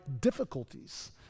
difficulties